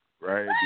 right